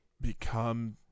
become